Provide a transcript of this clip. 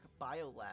Biolab